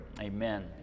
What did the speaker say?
Amen